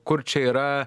kur čia yra